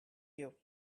you